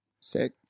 Sick